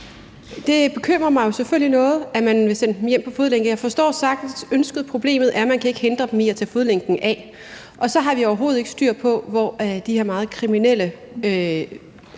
Det bekymrer mig jo selvfølgelig noget, at man vil sende dem hjem med fodlænke. Jeg forstår sagtens ønsket, men problemet er, at man ikke kan hindre dem i at tage fodlænken af, og så har vi overhovedet ikke styr på, hvor de her meget kriminelle